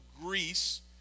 Greece